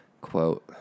quote